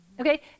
Okay